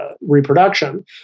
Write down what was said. reproduction